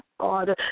God